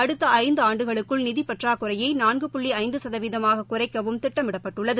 அடுத்த ஐந்து ஆண்டுகளுக்குள் நிதிப் பற்றாக்குறையை நான்கு புள்ளி ஐந்து சதவீதமாக குறைக்கவும் திட்டமிடப்பட்டுள்ளது